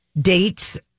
dates